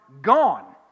Gone